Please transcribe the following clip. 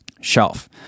shelf